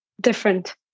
different